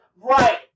Right